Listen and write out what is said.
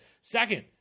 Second